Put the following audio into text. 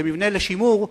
כמבנה לשימור,